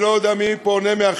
אני לא יודע מי פה מהחינוך,